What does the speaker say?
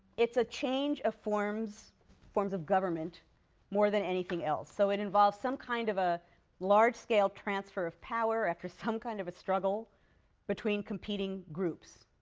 it's a change of forms forms of government more than anything else. so it involves some kind of a large-scale transfer of power after some kind of a struggle between competing groups.